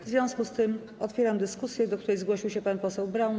W związku z tym otwieram dyskusję, do której zgłosił się pan poseł Braun.